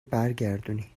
برگردونی